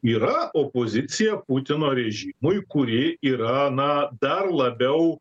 yra opozicija putino rėžimui kuri yra na dar labiau